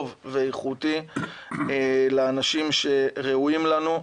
טוב ואיכותי לאנשים שראויים לנו,